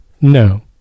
No